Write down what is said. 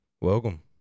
Welcome